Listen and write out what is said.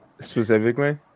Specifically